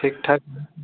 ठीक ठाक